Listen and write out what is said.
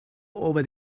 over